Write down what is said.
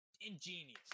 ingenious